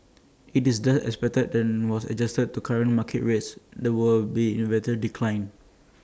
IT is thus expected then was adjusted to current market rates there will be in whether decline